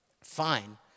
Fine